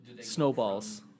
snowballs